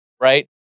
right